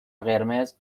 قرمز